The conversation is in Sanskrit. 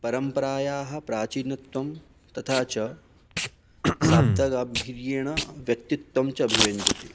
परम्परायाः प्राचीनत्वं तथा च शाब्दगाम्भीर्येण व्यक्तित्त्वं च अभिव्यञ्जति